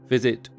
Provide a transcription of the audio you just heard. Visit